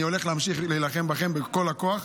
אני הולך להמשיך להילחם בכם בכל הכוח,